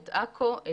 את עכו,